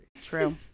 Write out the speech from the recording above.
True